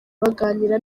baganira